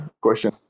question